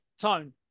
Tone